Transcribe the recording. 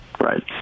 Right